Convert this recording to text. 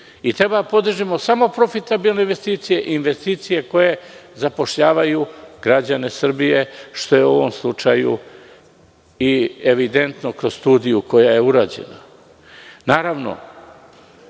i treba da podržimo samo profitabilne investicije i investicije koje zapošljavaju građane Srbije, što je u ovom slučaju i evidentno kroz studiju koja je urađena. Naravno,